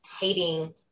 hating